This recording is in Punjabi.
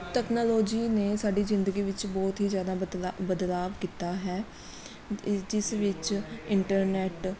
ਤਕਨਾਲੋਜੀ ਨੇ ਸਾਡੀ ਜ਼ਿੰਦਗੀ ਵਿੱਚ ਬਹੁਤ ਹੀ ਜ਼ਿਆਦਾ ਬਦਲਾਅ ਬਦਲਾਵ ਕੀਤਾ ਹੈ ਇ ਜਿਸ ਵਿੱਚ ਇੰਟਰਨੈੱਟ